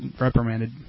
reprimanded